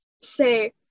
say